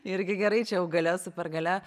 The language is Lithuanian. irgi gerai čia jau galia super galia